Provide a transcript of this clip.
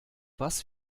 was